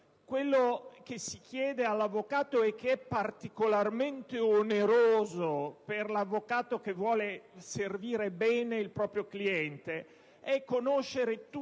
Quello che si chiede all'avvocato, e che è particolarmente oneroso per l'avvocato che vuole servire bene il proprio cliente, è conoscere tutte